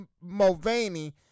Mulvaney